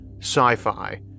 sci-fi